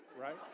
right